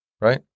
Right